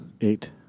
Eight